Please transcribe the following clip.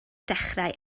dechrau